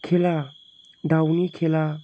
खेला दाउनि खेला